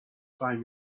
find